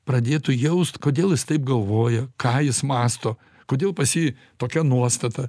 pradėtų jaust kodėl jis taip galvoja ką jis mąsto kodėl pas jį tokia nuostata